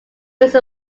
use